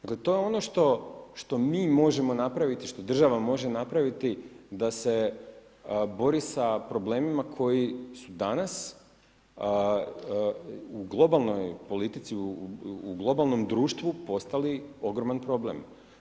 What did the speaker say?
Dakle, to je ono što mi možemo napraviti, što država može napraviti da se bori sa problemima koji su danas u globalnoj politici, u globalnom društvu postali ogroman problem.